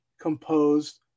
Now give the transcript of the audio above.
composed